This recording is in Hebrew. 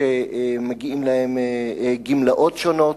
שמגיעות להם גמלאות שונות.